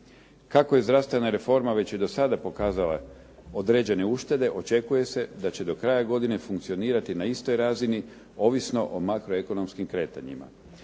Kako je zdravstvena reforma već i do sada pokazala određene uštede očekuje se da će do kraja godine funkcionirati na istoj razini ovisno o makroekonomskim kretanjima.